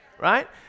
Right